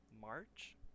March